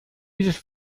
dieses